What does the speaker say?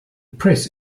press